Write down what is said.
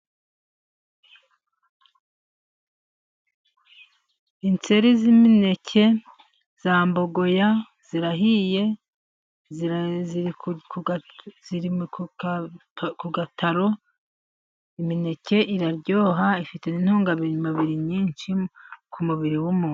Inseri z'imineke za mbogoya zirahiye ziri ku gataro, imineke iraryoha ifite intungabirimabiri nyinshi ku mubiri w'umuntu.